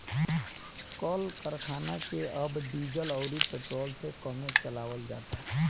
कल करखना के अब डीजल अउरी पेट्रोल से कमे चलावल जाता